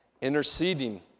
interceding